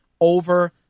over